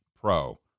pro